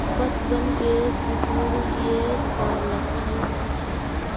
पतबन के सिकुड़ ऐ का लक्षण कीछै?